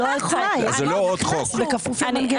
הוא לא על תנאי, זה כפוף למנגנון הזה.